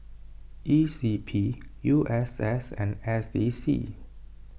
E C P U S S and S D C